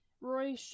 Roy